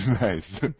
Nice